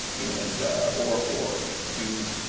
and or or to